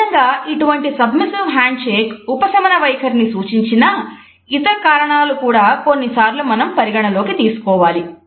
సహజంగా ఇటువంటి submissive handshake ఉపశమన వైఖరిని సూచించినా ఇతర కారణాలను కూడా కొన్నిసార్లు మనం పరిగణలోనికి తీసుకోవాలి